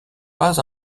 pas